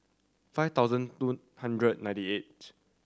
five thousand two hundred ninety eighth